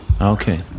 Okay